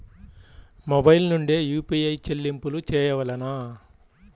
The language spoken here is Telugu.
మొబైల్ నుండే యూ.పీ.ఐ చెల్లింపులు చేయవలెనా?